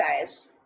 guys